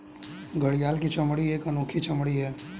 घड़ियाल की चमड़ी एक अनोखी चमड़ी है